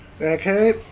Okay